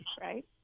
right